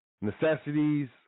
necessities